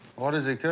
what does he cook?